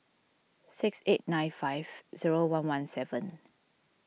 six eight nine five zero one one seven